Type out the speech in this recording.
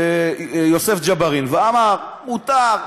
יוסף ג'בארין ואמר: מותר,